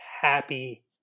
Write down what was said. happy